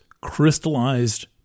crystallized